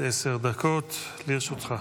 עד עשר דקות לרשותך.